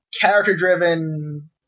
character-driven